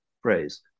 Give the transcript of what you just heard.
phrase